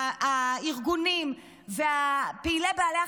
הארגונים ופעילי בעלי החיים,